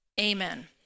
Amen